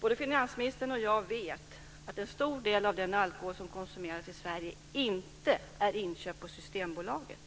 Både finansministern och jag vet att en stor del av den alkohol som konsumeras i Sverige inte är inköpt på Systembolaget.